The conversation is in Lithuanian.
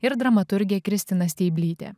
ir dramaturgė kristina steiblytė